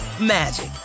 magic